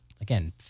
again